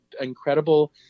incredible